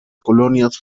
colonias